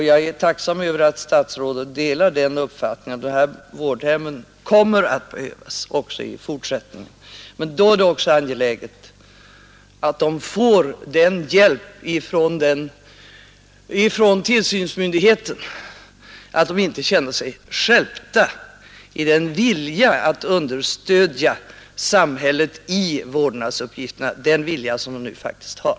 Jag är tacksam över att statsrådet delar den uppfattningen att det här vårdhemmet kommer att behövas också i fortsättningen, men då är det också angeläget att de får hjälp från tillsynsmyndigheten, så att de inte känner sig stjälpta i viljan att understödja samhället i vårdnadsuppgifterna, den vilja som de faktiskt har.